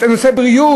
את נושא הבריאות,